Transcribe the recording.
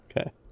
Okay